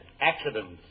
accidents